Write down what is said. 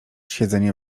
siedzenie